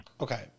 Okay